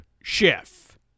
chef